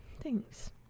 thanks